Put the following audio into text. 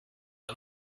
are